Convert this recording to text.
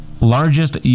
largest